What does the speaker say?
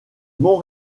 bons